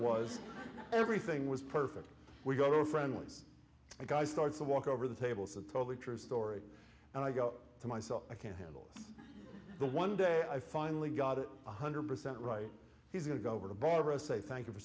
was everything was perfect we go friendly's a guy starts to walk over the table so totally true story and i go to myself i can't handle the one day i finally got it one hundred percent right he's going to go over to barbara say thank you for